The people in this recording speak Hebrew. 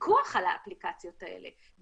בפיקוח על האפליקציות האלה,